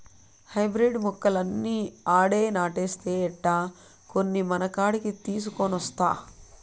hybrid మొక్కలన్నీ ఆడే నాటేస్తే ఎట్టా, కొన్ని మనకాడికి తీసికొనొస్తా